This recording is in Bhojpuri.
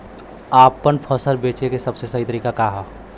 आपन फसल बेचे क सबसे सही तरीका का ह?